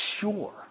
sure